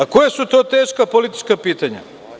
Koja su teška politička pitanja?